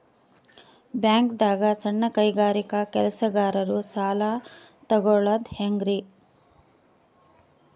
ಬ್ಯಾಂಕ್ದಾಗ ಸಣ್ಣ ಕೈಗಾರಿಕಾ ಕೆಲಸಗಾರರು ಸಾಲ ತಗೊಳದ್ ಹೇಂಗ್ರಿ?